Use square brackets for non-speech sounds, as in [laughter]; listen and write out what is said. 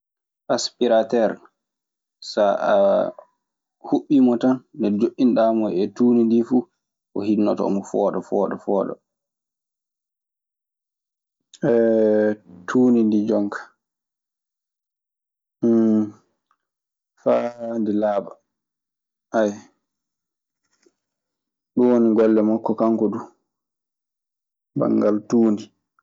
Aspirater, sa aa huɓɓiimo tan; joƴƴiɗaa mo e tuundi ndii fuu o hinnoto omo fooɗa fooɗa [hesitation] tuundi ndii jonka [hesitation] faa nde laaɓa. [hesitation] Ɗun woni golle makko kanko du banngal tuundi.